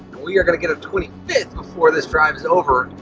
we are gonna get a twenty fifth before this drive is over,